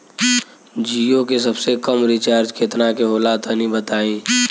जीओ के सबसे कम रिचार्ज केतना के होला तनि बताई?